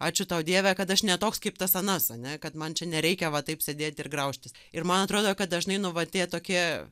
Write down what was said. ačiū tau dieve kad aš ne toks kaip tas anas ane kad man čia nereikia va taip sėdėti ir graužtis ir man atrodo kad dažnai nu va tie tokie